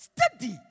Steady